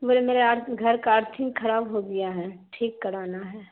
بولے میرے گھر کا ارتھنگ خراب ہو گیا ہے ٹھیک کرانا ہے